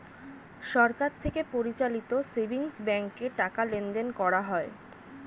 সরকার থেকে পরিচালিত সেভিংস ব্যাঙ্কে টাকা লেনদেন করা হয়